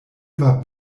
war